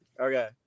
Okay